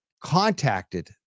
contacted